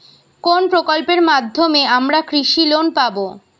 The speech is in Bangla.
কোন প্রকল্পের মাধ্যমে আমরা কৃষি লোন পাবো?